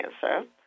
cancer